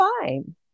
fine